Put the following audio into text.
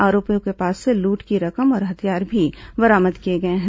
आरोपियों के पास से लूट की रकम और हथियार भी बरामद किए गए हैं